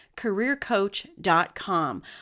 careercoach.com